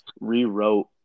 rewrote